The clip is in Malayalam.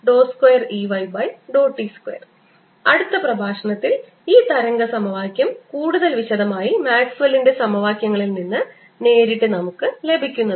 2Eyx2 ∂tBz∂x002Eyt2 അടുത്ത പ്രഭാഷണത്തിൽ ഈ തരംഗ സമവാക്യം കൂടുതൽ വിശദമായി മാക്സ്വെല്ലിന്റെ സമവാക്യങ്ങളിൽ നിന്ന് നേരിട്ട് നമുക്ക് ലഭിക്കും